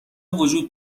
وجود